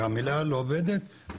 המליאה לא עובדת.